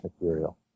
material